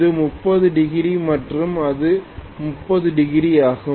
இது 30 டிகிரி மற்றும் இது 30 டிகிரி ஆகும்